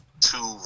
two